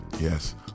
Yes